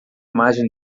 imagem